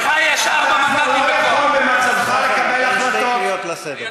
לך יש ארבעה מנדטים אורן חזן, שתי קריאות לסדר.